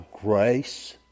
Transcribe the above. grace